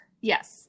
Yes